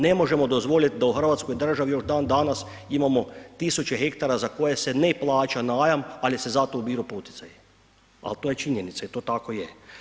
Ne možemo dozvoliti da u Hrvatskoj državi još dan danas imamo 1000 hektara za koje se ne plaća najam, ali se za to ubiru poticaji, ali to je činjenica i to tako je.